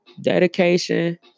dedication